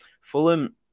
Fulham